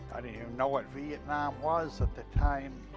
but you know what vietnam was at the time.